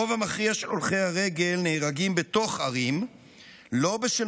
הרוב המכריע של הולכי הרגל נהרגים בתוך ערים לא בשל